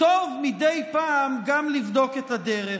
טוב מדי פעם גם לבדוק את הדרך.